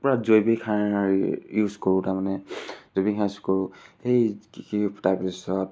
পূৰা জৈৱিক সাৰ ইউজ কৰোঁ তাৰমানে জৈৱিক সাৰ ইউজ কৰোঁ সেই কৃষি তাৰপিছত